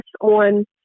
on